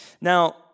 Now